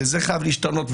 זה חייב להשתנות.